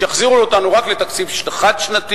שיחזירו אותנו רק לתקציב חד-שנתי,